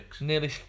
Nearly